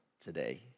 today